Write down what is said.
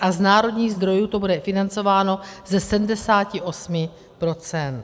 A z národních zdrojů to bude financováno ze 78 %.